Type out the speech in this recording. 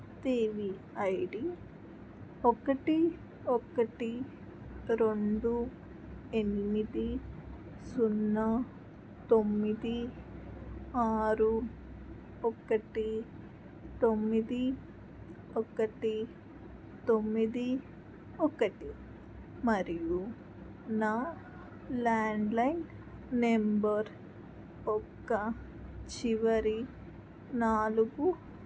Devi I D ఒకటి ఒకటి రెండు ఎనిమిది సున్నా తొమ్మిది ఆరు ఒకటి తొమ్మిది ఒకటి తొమ్మిది ఒకటి మరియు నా ల్యాండ్లైన్ నెంబర్ యొక్క చివరి నాలుగు